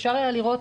אפשר היה לראות,